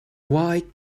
why